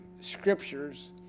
scriptures